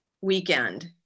weekend